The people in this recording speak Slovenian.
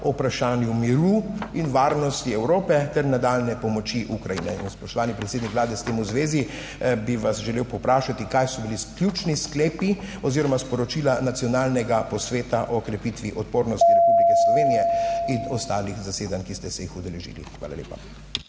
o vprašanju miru in varnosti Evrope ter nadaljnje pomoči Ukrajine. In spoštovani predsednik Vlade, s tem v zvezi bi vas želel povprašati kaj so bili ključni sklepi oziroma sporočila **13. TRAK: (SC) – 11.00** (nadaljevanje) nacionalnega posveta o krepitvi odpornosti Republike Slovenije in ostalih zasedanj, ki ste se jih udeležili? Hvala lepa.